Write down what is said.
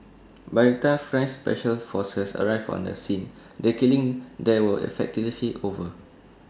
by the time French special forces arrived on the scene the killings there were effectively over